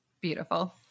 Beautiful